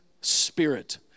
spirit